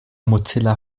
mozilla